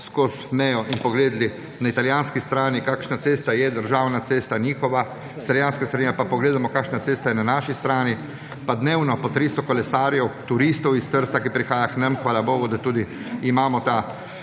skozi mejo in pogledali na italijanski strani, kakšna cesta je država cesta njihova, z italijanske strani, pa pogledamo, kakšna cesta je na naši strani. Pa dnevno po 300 kolesarjev, turistov iz Trsta, ki prihaja k nam – hvala bogu, da imamo to